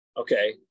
okay